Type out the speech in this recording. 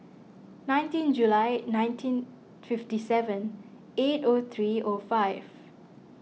nineteen July nineteen fifty seven eight o three o five